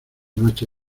noche